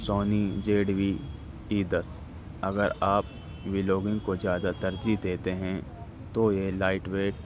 سونی Z V اییدس اگر آپ و لوگگ کو زیادہ ترجیح دیتے ہیں تو یہ لائٹ ویٹ